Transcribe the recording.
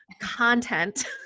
content